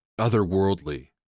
otherworldly